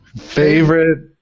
Favorite